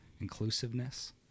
inclusiveness